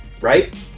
right